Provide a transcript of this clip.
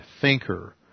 thinker